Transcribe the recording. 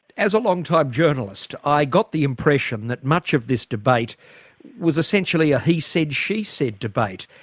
as a long time journalist i got the impression that much of this debate was essentially a he said, she said' debate,